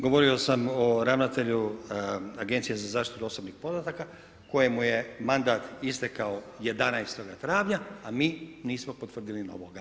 Govorio sam o ravnatelju Agencije za zaštitu osobnih podataka, kojemu je mandat istekao 11. travnja, a mi nismo potvrdili novoga.